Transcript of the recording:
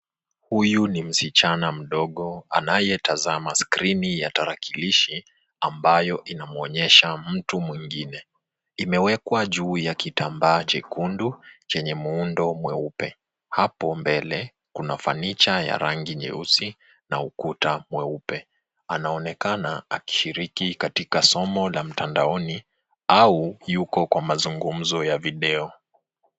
Huyu ni msichana mdogo anayetazama skrini ya tarakilishi ambayo inamonyesha mtu mwengine. Imewekwa juu ya kitambaa chekundu chenye muundo mweupe. Hapo mbele ,kuna fanicha ya rangi nyeusi na ukuta mweupe. Anaonekana akishiriki katika somo la mtandaoni au yuko kwa mazungumzo ya video.